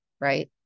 right